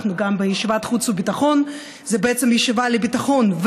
גם הישיבה לחוץ וביטחון זה ישיבה לביטחון,